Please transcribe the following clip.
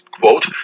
quote